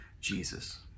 Jesus